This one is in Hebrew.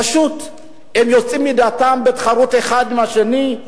פשוט, הם יוצאים מדעתם בתחרות אחד עם השני,